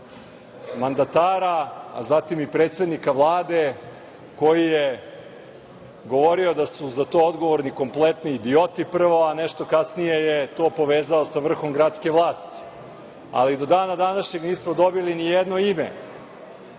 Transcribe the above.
mandatara, a zatim i predsednika Vlade koji je govorio da su za to odgovorni kompletni idioti, a nešto kasnije je to povezao sa vrhom gradske vlasti. Ali, do dana današnjeg nismo dobili nijedno ime